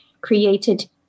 created